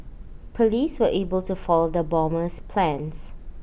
Police were able to foil the bomber's plans